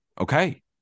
okay